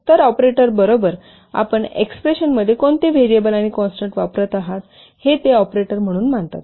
तर ऑपरेटरंबरोबरच आपण एक्सप्रेशनमध्ये कोणते व्हेरिएबल आणि कॉन्स्टन्ट्स वापरत आहात हे ते ऑपरेटर म्हणून मानतात